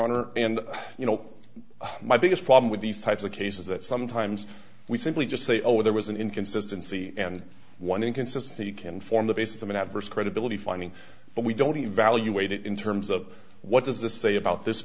honor and you know my biggest problem with these types of cases that sometimes we simply just say oh there was an inconsistency and one inconsistency can form the basis of an adverse credibility finding but we don't evaluate it in terms of what does this say about this